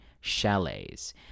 Chalets